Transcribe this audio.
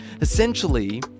Essentially